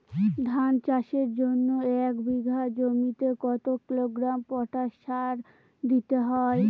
ধান চাষের জন্য এক বিঘা জমিতে কতো কিলোগ্রাম পটাশ সার দিতে হয়?